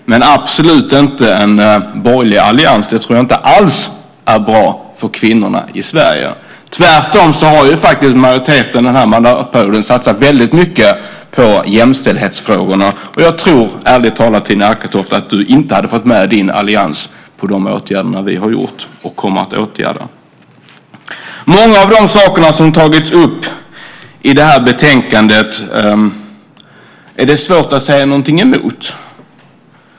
Men vi ska absolut inte ha en borgerlig allians - det tror jag inte alls är bra för kvinnorna i Sverige. Tvärtom har majoriteten under den här mandatperioden satsat väldigt mycket på jämställdhetsfrågorna. Jag tror, ärligt talat, Tina Acketoft, att du inte hade fått med dig din allians på de åtgärder vi har vidtagit och kommer att vidta. Många av de saker som tas upp i det här betänkandet är det svårt att säga någonting emot.